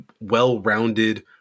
well-rounded